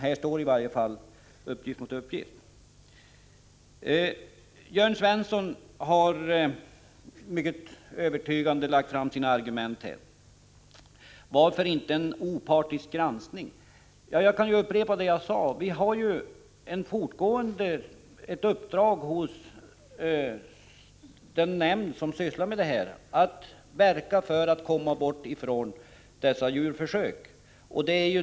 Här står uppgift mot uppgift. Jörn Svensson har på ett mycket övertygande sätt lagt fram sina argument. Varför kan man inte ha en opartisk granskning? Jag kan upprepa det som jag sade, nämligen att vi har gett den nämnd som sysslar med detta i uppdrag att verka för att dessa djurförsök upphör.